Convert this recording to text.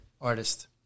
artist